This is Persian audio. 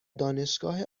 دانشگاه